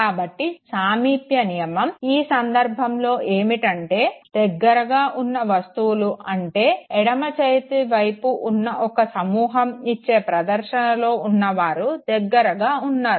కాబట్టి సామీప్య నియమం ఈ సందర్భంలో ఏమిటంటే దగ్గరగా ఉన్న వస్తువులు అంటే ఎడమ చేతి వైపు ఒక సమూహం ఇచ్చే ప్రదర్శనలో ఉన్నవారు దగ్గరగా ఉన్నారు